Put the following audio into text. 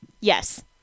Yes